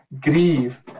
grieve